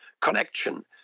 connection